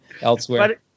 elsewhere